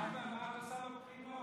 מה את עושה לו בחינות,